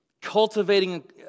Cultivating